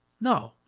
No